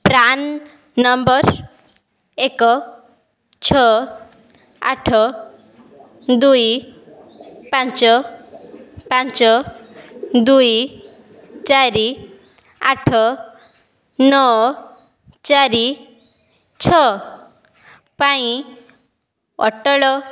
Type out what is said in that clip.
PRAN number ଏକ ଛଅ ଆଠ ଦୁଇ ପାଞ୍ଚ ପାଞ୍ଚ ଦୁଇ ଚାରି ଆଠ ନଅ ଚାରି ଛଅ ପାଇଁ ଅଟଳ